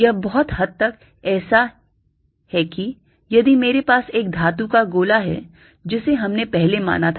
यह बहुत हद तक ऐसा है कि यदि मेरे पास एक धातु का गोला है जिसे हमने पहले माना था